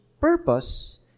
purpose